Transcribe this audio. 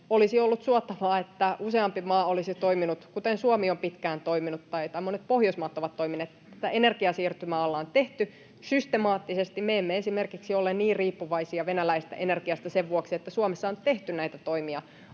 Olisi ollut suotavaa, että useampi maa olisi toiminut kuten Suomi on pitkään toiminut tai monet Pohjoismaat ovat toimineet, kun tätä energiasiirtymää ollaan tehty systemaattisesti. [Vilhelm Junnila: Näkyy pumppuhinnoissa!] Me emme esimerkiksi ole niin riippuvaisia venäläisestä energiasta sen vuoksi, että Suomessa on tehty näitä toimia